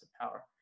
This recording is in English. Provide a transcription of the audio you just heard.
power